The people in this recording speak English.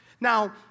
Now